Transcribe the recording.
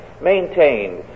maintained